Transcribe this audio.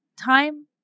time